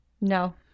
No